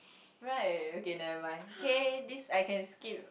right okay never mind okay this I can skip